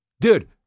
Dude